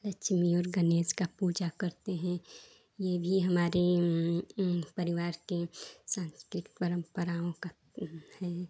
लक्ष्मी और गणेश की पूजा करते हैं यह भी हमारी परिवार के साँस्कृतिक परम्पराओँ का है